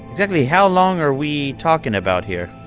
exactly how long are we talking about here?